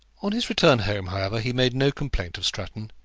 on his return home, however, he made no complaint of stratton.